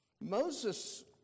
Moses